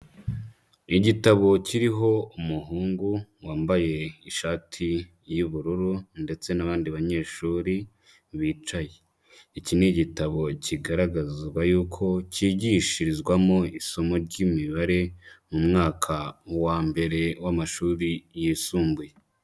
Igitabo kiriho umuhungu wambaye ishati y'ubururu, ndetse n'abandi banyeshuri, bicaye. Iki ni igitabo kigaragazwa yuko cyigishirizwamo isomo ry'imibare, mu mwaka wa mbere w'amashuri yisumbuye.